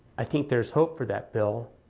i think there's hope for that bill